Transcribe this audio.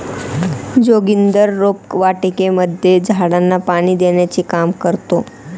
जोगिंदर रोपवाटिकेमध्ये झाडांना पाणी देण्याचे काम करतो